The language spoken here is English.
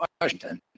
Washington